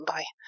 Bye